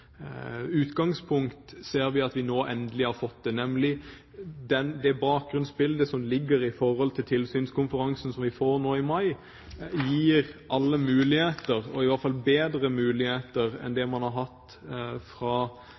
utgangspunkt, ser vi at vi nå endelig har fått det. Det bakgrunnsbildet som ligger i forhold til tilsynskonferansen som vi får nå i mai, gir alle muligheter – og i alle fall bedre muligheter enn det man har hatt